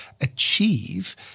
achieve